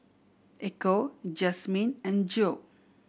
Echo Jazmine and Joe